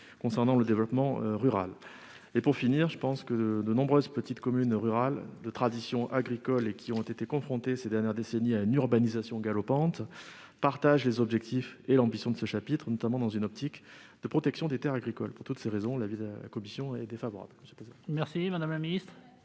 concernant le développement rural. Je pense que de nombreuses petites communes rurales de tradition agricole qui ont été confrontées ces dernières décennies à une urbanisation galopante partagent les objectifs et l'ambition de ce chapitre, notamment dans une optique de protection des terres agricoles. Pour toutes ces raisons, l'avis de la commission est défavorable. Quel est